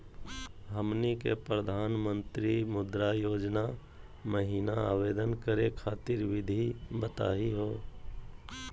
हमनी के प्रधानमंत्री मुद्रा योजना महिना आवेदन करे खातीर विधि बताही हो?